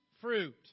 fruit